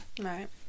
right